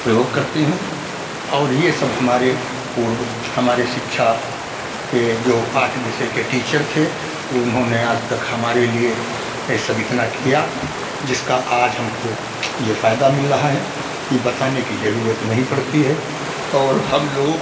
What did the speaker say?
प्रयोग करते हैं और यह सब हमारे पूर्व हमारे शिक्षा के जो आर्ट विषय के टीचर थे उन्होंने आज़ तक हमारे लिए ए सब इतना किया जिसका आज हमको यह फ़ायदा मिल रहा है कि बताने की ज़रूरत नहीं पड़ती है और हम लोग